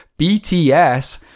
BTS